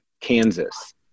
Kansas